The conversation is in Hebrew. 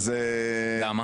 למה?